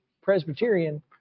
Presbyterian